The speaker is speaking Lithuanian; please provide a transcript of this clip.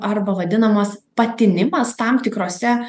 arba vadinamas patinimas tam tikrose